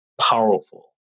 powerful